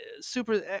super